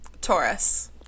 taurus